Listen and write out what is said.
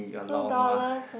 two dollars